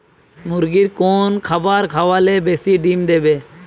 মুরগির কোন খাবার খাওয়ালে বেশি ডিম দেবে?